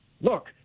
Look